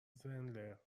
زلنر